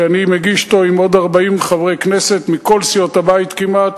שאני מגיש אותו עם עוד 40 חברי כנסת מכל סיעות הבית כמעט,